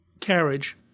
carriage